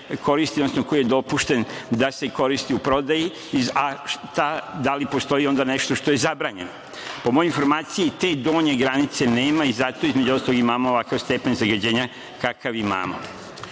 koristi, odnosno koji je dopušten da se koristi u prodaju i da li postoji onda nešto što je zabranjeno? Po mojoj informaciji te donje granice nema i zato, između ostalog, imamo ovakav stepen zagađenja kakav imamo. Moje